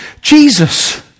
Jesus